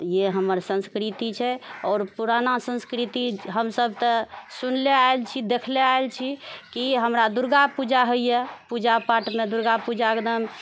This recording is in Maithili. त इएहे हमर संस्कृति छै आओर पुराना संस्कृति हमसभ तऽ सुनले आयल छी देखले आयल छी की हमरा दुर्गापूजा होइए पूजा पाठमे दुर्गापूजाके एकदम